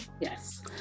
Yes